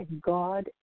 God